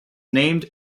named